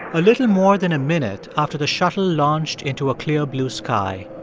a little more than a minute after the shuttle launched into a clear blue sky,